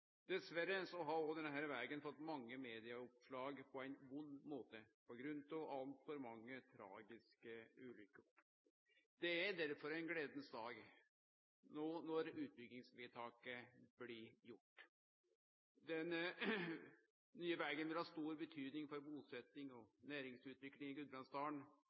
Dessverre har òg denne vegen fått mange medieoppslag på ein vond måte, på grunn av altfor mange tragiske ulykker. Det er derfor ein gledens dag no når utbyggingsvedtaket blir gjort. Den nye vegen vil ha stor betydning for busetjing og næringsutvikling i Gudbrandsdalen.